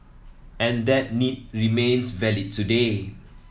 and that need remains valid today